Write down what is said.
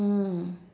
mm